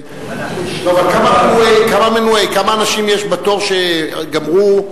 כמה מנועי, כמה אנשים יש בתור, שגמרו,